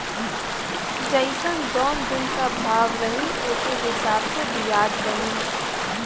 जइसन जौन दिन क भाव रही ओके हिसाब से बियाज बनी